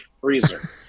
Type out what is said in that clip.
freezer